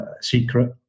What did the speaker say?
secret